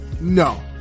No